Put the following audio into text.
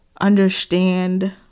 understand